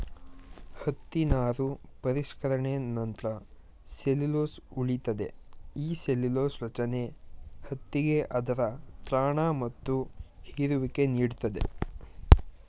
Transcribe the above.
ಹತ್ತಿ ನಾರು ಪರಿಷ್ಕರಣೆ ನಂತ್ರ ಸೆಲ್ಲ್ಯುಲೊಸ್ ಉಳಿತದೆ ಈ ಸೆಲ್ಲ್ಯುಲೊಸ ರಚನೆ ಹತ್ತಿಗೆ ಅದರ ತ್ರಾಣ ಮತ್ತು ಹೀರುವಿಕೆ ನೀಡ್ತದೆ